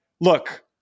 Look